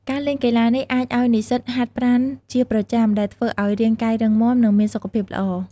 ការលេងកីឡានេះអាចឱ្យនិស្សិតហាត់ប្រាណជាប្រចាំ ដែលធ្វើឱ្យរាងកាយរឹងមាំ និងមានសុខភាពល្អ។